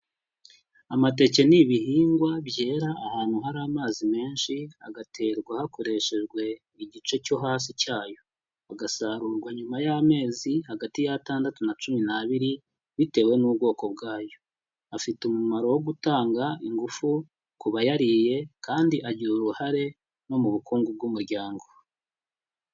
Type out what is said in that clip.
Amateke ni ibihingwa byera ahantu hari amazi menshi agaterwa hakoreshejwe igice cyo hasi cyayo, agasarurwa nyuma y'amezi hagati y'atandatu na cumi n'abiri bitewe n'ubwoko bwayo, afite umumaro wo gutanga ingufu ku bayariye kandi agira uruhare no mu bukungu bw'umuryango.